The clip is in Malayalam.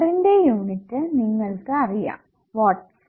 പവറിന്റെ യൂണിറ്റ് നിങ്ങൾക്ക് അറിയാം വാട്ട്സ്